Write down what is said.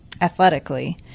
athletically